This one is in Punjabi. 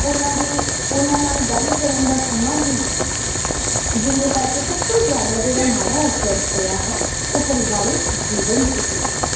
ਉਹਨਾਂ ਦੀ ਉਹਨਾਂ ਨਾਲ ਗੱਲ ਕਰਨ ਦਾ ਸਮਾਂ ਹੀ ਹੈ ਨਹੀਂ ਗਾ ਜਿਹਦੇ ਕਰਕੇ ਸਭ ਤੋਂ ਜ਼ਿਆਦਾ ਜਿਹੜਾ ਮਾੜਾ ਅਸਰ ਪਿਆ ਹੈ ਉਹ ਪਰਿਵਾਰਿਕ ਜੀਵਨ 'ਚ ਹੀ ਪਿਆ ਹੈ